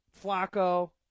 Flacco